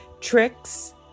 tricks